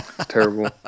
Terrible